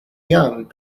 young